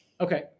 Okay